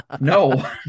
No